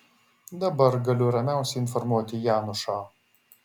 dabar galiu ramiausiai informuoti janušą